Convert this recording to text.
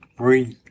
breathe